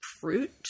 fruit